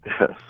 Yes